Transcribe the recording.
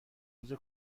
روز